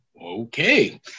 Okay